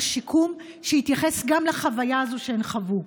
שיקום שיתייחס גם לחוויה הזו שהן חוו.